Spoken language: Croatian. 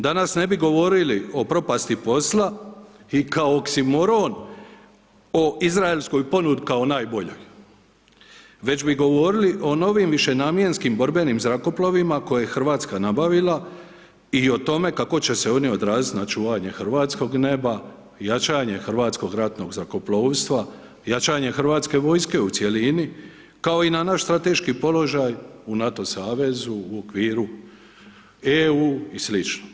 Danas ne bi govorili o propasti posla i kao oksimoron o izraelskoj ponudi kao najboljoj već bi govorili o novim višenamjenskim borbenim zrakoplovima koje je Hrvatska nabavila i o tome kako će se oni odraziti na čuvanje hrvatskog neba, jačanje Hrvatskog ratnog zrakoplovstva, jačanje Hrvatske vojske u cjelini, kao i na naš strateški položaj u NATO savezu u okviru EU i sl.